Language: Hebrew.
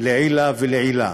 לעילא ולעילא.